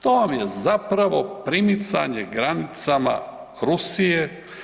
To vam je zapravo primicanje granicama Rusije.